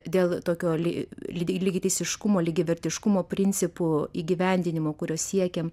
dėl tokio ly lygiateisiškumo lygiavertiškumo principų įgyvendinimo kurio siekiam